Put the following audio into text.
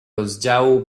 rozdziału